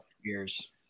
years